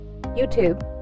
YouTube